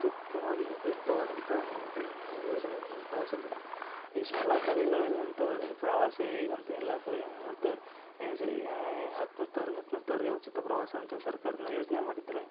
ಆತ್ಯುತ್ತಮವಾಗಿ ಉಪಯುಕ್ತವಾದಂಥ ಒಂದು ಯೋಜನೆ ಇದ ಈ ಪ್ರವಾಸ ಯೋಜನೆ ಈ ಶಾಲಾ ಕಾಲೇಜುಗಳಲ್ಲಂತೂ ಪ್ರವಾಸ ಈಗಂತು ಎಲ್ಲಾ ಫ್ರೀ ಮತ್ತ ಎಜು ಹತ್ತನೇತು ಅವ್ರಿಗ ಹತ್ತನೇತು ಅವರಿಗೆ ಉಚಿತ ಪ್ರವಾಸ ಅಂತೆ ಸರ್ಕಾರದಿಂದ ಯೋಜನೆ ಮಾಡಿದರೆ